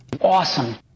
Awesome